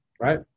right